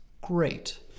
great